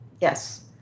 Yes